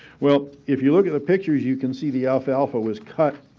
well, if you look at the pictures, you can see the alfalfa was cut,